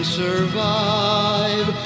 survive